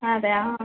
അതെ ആ ആ